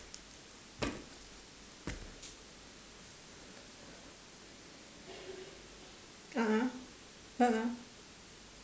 a'ah a'ah